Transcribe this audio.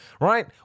right